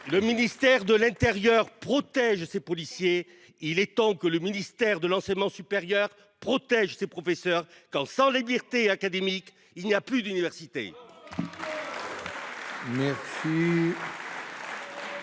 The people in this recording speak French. Le ministère de l’intérieur protège ses policiers ; il est temps que le ministère de l’enseignement supérieur protège ses professeurs ! Car sans liberté académique, il n’y a plus d’université !